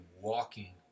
walking